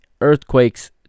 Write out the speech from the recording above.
Earthquakes